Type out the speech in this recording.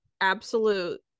absolute